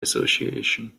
association